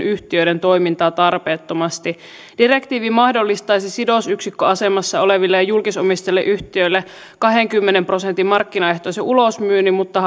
yhtiöiden toimintaa tarpeettomasti direktiivi mahdollistaisi sidosyksikköasemassa oleville julkisomisteisille yhtiöille kahdenkymmenen prosentin markkinaehtoisen ulosmyynnin mutta